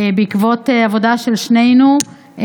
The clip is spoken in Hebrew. בעקבות עבודה של שנינו,